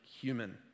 human